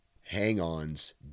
hang-ons